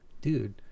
dude